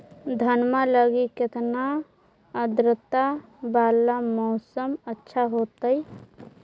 धनमा लगी केतना आद्रता वाला मौसम अच्छा होतई?